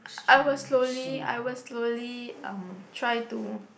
I will slowly I will slowly um try to